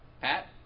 Pat